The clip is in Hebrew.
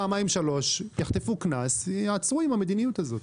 פעמיים שלוש יחטפו קנס ויעצרו עם המדיניות שלנו.